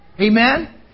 Amen